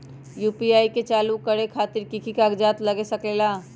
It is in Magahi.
यू.पी.आई के चालु करे खातीर कि की कागज़ात लग सकेला?